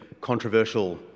controversial